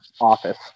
office